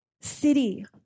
city